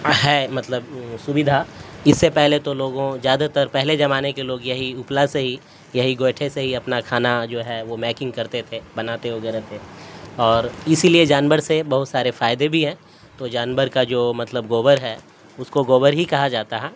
ہے مطلب سویدھا اس سے پہلے تو لوگوں زیادہ تر پہلے زمانے کے لوگ یہی اپلا سے ہی یہی گوئٹھے سے ہی اپنا کھانا جو ہے وہ میکنگ کرتے تھے بناتے وغیرہ تھے اور اسی لیے جانور سے بہت سارے فائدے بھی ہیں تو جانور کا جو مطلب گوبر ہے اس کو گوبر ہی کہا جاتا ہے